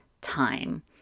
time